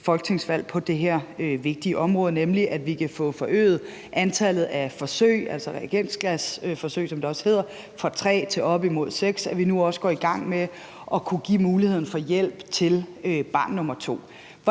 folketingsvalg på det her vigtige område, nemlig at vi kan få forøget antallet af forsøg, altså reagensglasforsøg, som det også hedder, fra tre til op imod seks, og at vi nu også går i gang med at kunne give en mulighed for hjælp til barn nummer to.